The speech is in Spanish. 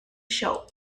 show